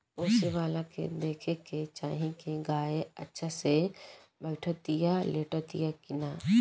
पोसेवला के देखे के चाही की गाय अच्छा से बैठतिया, लेटतिया कि ना